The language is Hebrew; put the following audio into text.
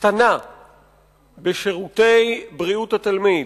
קטנה בשירותי בריאות התלמיד,